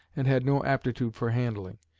and had no aptitude for handling.